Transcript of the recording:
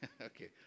okay